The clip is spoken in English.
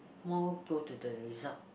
more poor to the result